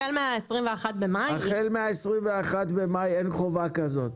החל מה- 21 במאי אין חובה כזאת.